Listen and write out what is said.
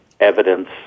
evidence